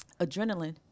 adrenaline